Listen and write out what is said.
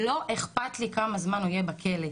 לא אכפת לי כמה זמן הוא יהיה בכלא.